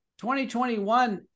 2021